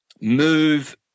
move